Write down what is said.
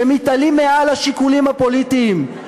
שמתעלים מעל לשיקולים הפוליטיים,